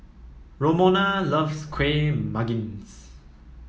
Romona loves Kueh Manggis